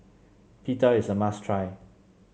Pita is a must try